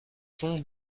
sont